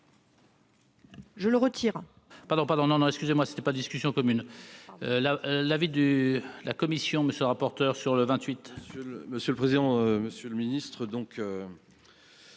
je le retire,